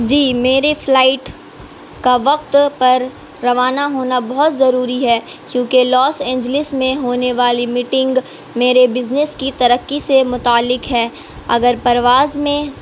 جی میرے فلائٹ کا وقت پر روانہ ہونا بہت ضروری ہے کیونکہ لاس اینجلس میں ہونے والی میٹنگ میرے بزنس کی ترقی سے متعلق ہے اگر پرواز میں